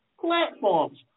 Platforms